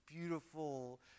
beautiful